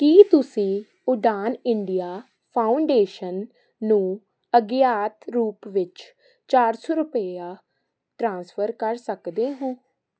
ਕੀ ਤੁਸੀਂਂ Udaan India Foundation ਨੂੰ ਅਗਿਆਤ ਰੂਪ ਵਿੱਚ ਚਾਰ ਸੌ ਰੁਪਇਆ ਟ੍ਰਾਂਸਫਰ ਕਰ ਸਕਦੇ ਹੋ